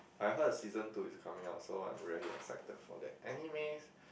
I heard season two is coming out so I'm really excited for that animes